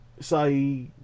say